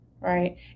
right